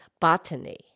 Botany